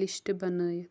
list بنٲیِتھ